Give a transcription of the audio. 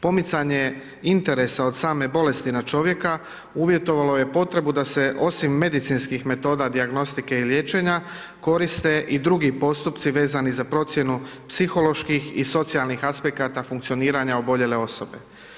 Pomicanje interesa od same bolesti na čovjeka uvjetovalo je potrebu da se, osim medicinskih metoda dijagnostike i liječenja, koriste i drugi postupci vezani za procjenu psiholoških i socijalnih aspekata funkcioniranja oboljele osobe.